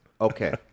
okay